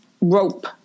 rope